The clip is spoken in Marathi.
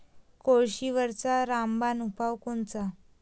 कोळशीवरचा रामबान उपाव कोनचा?